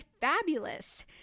Fabulous